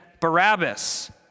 Barabbas